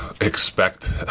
expect